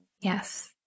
Yes